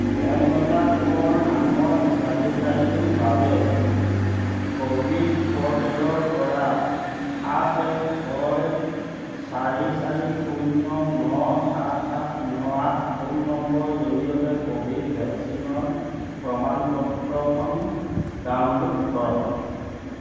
হেমলতা কোঁৱৰ নামৰ হিতাধিকাৰীৰ বাবে কো ৱিন প'ৰ্টেলৰপৰা সাত এক ছয় চাৰি চাৰি শূন্য ন সাত সাত ন আঠ ফোন নম্বৰ জৰিয়তে ক'ভিড ভেকচিনৰ প্ৰমাণ পত্ৰখন ডাউনলোড কৰক